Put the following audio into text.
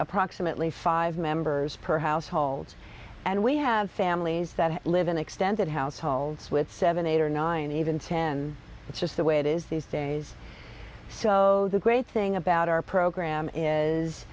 approximately five members per household and we have families that live in extended households with seven eight or nine even ten it's just the way it is these days so the great thing about our program is